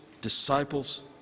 disciples